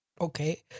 Okay